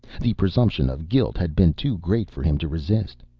the presumption of guilt had been too great for him to resist,